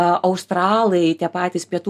australai tie patys pietų